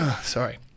Sorry